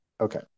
Okay